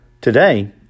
Today